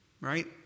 right